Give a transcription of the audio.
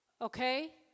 Okay